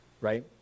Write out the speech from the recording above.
right